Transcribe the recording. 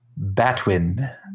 Batwin